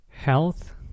Health